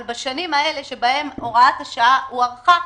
אבל בשנים האלה שבהן הוראת השעה הוארכה,